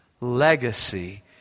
legacy